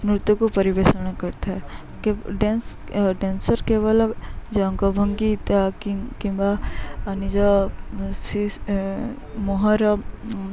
ନୃତ୍ୟକୁ ପରିବେଷଣ କରିଥାଏ ଡ୍ୟାନ୍ସ ଡ୍ୟାନ୍ସର କେବଳ ଅଙ୍ଗ ଭଙ୍ଗୀ ତା କି କିମ୍ବା ନିଜ ମହର